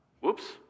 Whoops